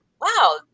wow